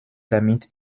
damit